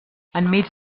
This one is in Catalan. enmig